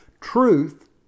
Truth